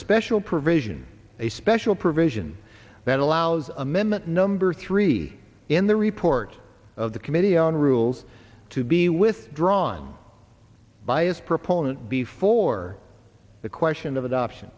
special provision a special provision that allows amendment number three in the report of the committee on rules to be withdrawn by its proponent before the question of adoption